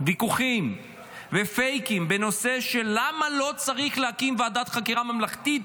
ויכוחים ופייקים בנושא של למה לא צריך להקים ועדת חקירה ממלכתית,